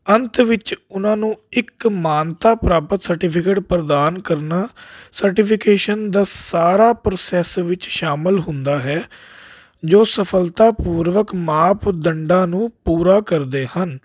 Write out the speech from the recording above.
ਅੰਤ ਵਿੱਚ ਉਹਨਾਂ ਨੂੰ ਇੱਕ ਮਾਨਤਾ ਪ੍ਰਾਪਤ ਸਰਟੀਫਿਕੇਟ ਪ੍ਰਦਾਨ ਕਰਨਾ ਸਰਟੀਫਿਕੇਸਨ ਦਾ ਸਾਰਾ ਪ੍ਰੋਸੈਸ ਵਿੱਚ ਸ਼ਾਮਲ ਹੁੰਦਾ ਹੈ ਜੋ ਸਫਲਤਾ ਪੂਰਵਕ ਮਾਪਦੰਡਾਂ ਨੂੰ ਪੂਰਾ ਕਰਦੇ ਹਨ